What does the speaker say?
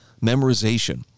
memorization